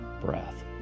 breath